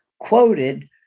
quoted